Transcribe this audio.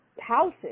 houses